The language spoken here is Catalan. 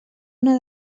una